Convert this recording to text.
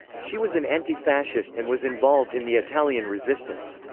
she was an anti-fascist and was involved in the italian resistance.